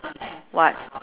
what